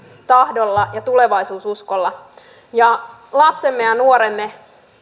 tahdolla ja tulevaisuususkolla lapsemme ja nuoremme